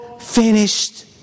finished